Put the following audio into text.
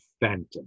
phantom